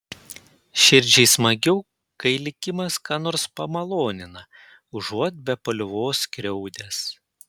širdžiai smagiau kai likimas ką nors pamalonina užuot be paliovos skriaudęs